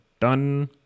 done